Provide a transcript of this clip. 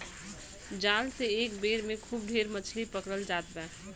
जाल से एक बेर में खूब ढेर मछरी पकड़ल जात बा